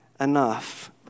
enough